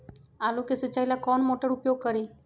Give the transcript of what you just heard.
आलू के सिंचाई ला कौन मोटर उपयोग करी?